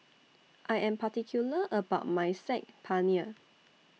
I Am particular about My Saag Paneer